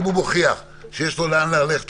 אם הוא מוכיח שיש לו לאן להגיע,